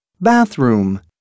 bathroom